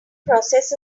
process